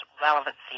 relevancy